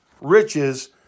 riches